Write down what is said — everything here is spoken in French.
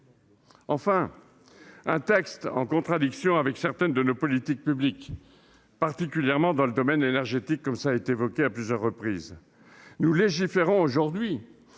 Enfin, un texte qui est en contradiction avec certaines de nos politiques publiques, particulièrement dans le domaine énergétique, comme cela a été évoqué à plusieurs reprises. Nous légiférons aujourd'hui